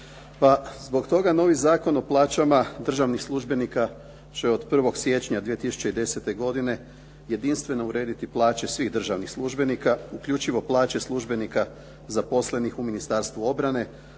Pa zbog toga novi Zakon o plaćama državnih službenika će od 1. siječnja 2010. godine jedinstveno urediti plaće svih državnih službenika, uključivo plaće službenika zaposlenih u Ministarstvu obrane,